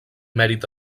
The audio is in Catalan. mèrit